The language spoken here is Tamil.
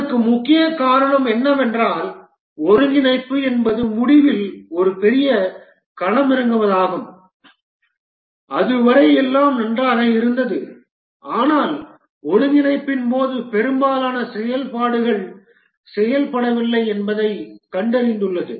அதற்கு முக்கிய காரணம் என்னவென்றால் ஒருங்கிணைப்பு என்பது முடிவில் ஒரு பெரிய களமிறங்குவதாகும் அதுவரை எல்லாம் நன்றாக இருந்தது ஆனால் ஒருங்கிணைப்பின் போது பெரும்பாலான செயல்பாடுகள் செயல்படவில்லை என்பதைக் கண்டறிந்துள்ளது